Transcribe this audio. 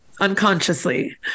unconsciously